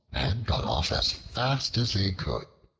got off as fast as they could.